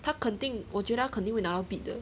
他肯定我觉得他肯定会拿到 bid 的